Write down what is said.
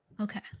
okay